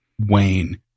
Wayne